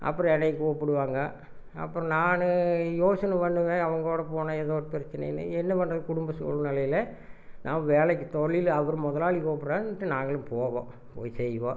அப்புறம் என்னையும் கூப்பிடுவாங்க அப்ற நானும் யோசனை பண்ணுவேன் அவங்களோட போனால் எதுவும் பிரச்சனைனு என்ன பண்ணுறது குடும்ப சூழ்நிலையில நான் வேலைக்கி தொழில் அவர் முதலாளி கூப்பிடுறாருன்னுட்டு நாங்களும் போவோம் போய் செய்வோம்